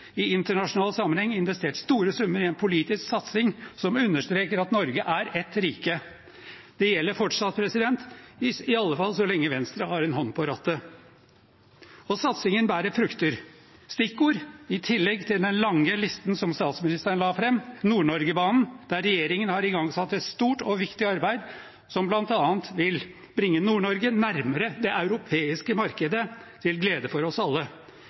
i internasjonal sammenheng investert store summer i en politisk satsing som understreker at Norge er ett rike. Det gjelder fortsatt, i alle fall så lenge Venstre har en hånd på rattet. Satsingen bærer frukter. Et stikkord i tillegg til den lange listen som statsministeren la fram, er Nord-Norgebanen, der regjeringen har igangsatt et stort og viktig arbeid som bl.a. vil bringe Nord-Norge nærmere det europeiske markedet, til glede for oss alle.